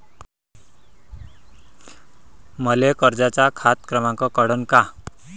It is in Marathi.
मले कर्जाचा खात क्रमांक कळन का?